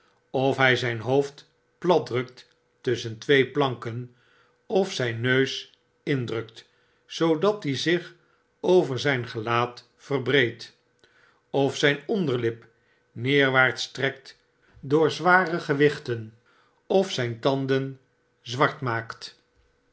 of hj zyn hoofd platdrukt tusschen twe planken of zgn neus indrukt zoodat die zich over zijn gelaat verbreedt of zyn onderlip nederwaarts trekt door zware gewichten of zyn tanden zwart maakt